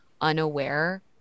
unaware